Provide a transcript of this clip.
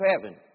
heaven